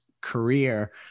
career